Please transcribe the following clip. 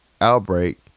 outbreak